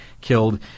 killed